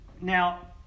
Now